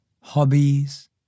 hobbies